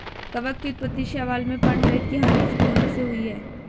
कवक की उत्पत्ति शैवाल में पर्णहरित की हानि होने से हुई है